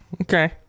Okay